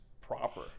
proper